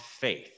Faith